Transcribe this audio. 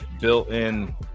built-in